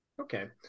Okay